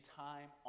time